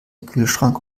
kühlschrank